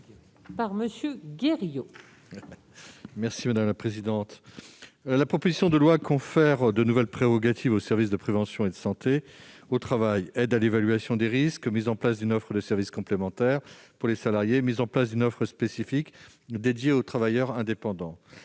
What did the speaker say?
parole est à M. Joël Guerriau. La proposition de loi confère de nouvelles prérogatives au service de prévention et de santé au travail (SPST) : aide à l'évaluation des risques, mise en place d'une offre de services complémentaire pour les salariés, mise en place d'une offre spécifique dédiée aux travailleurs indépendants.